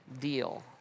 deal